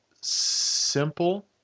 simple